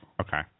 Okay